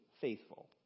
faithful